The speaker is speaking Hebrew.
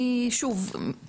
שוב,